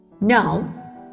Now